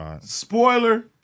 spoiler